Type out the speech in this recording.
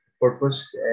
purpose